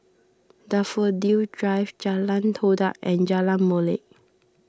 Daffodil Drive Jalan Todak and Jalan Molek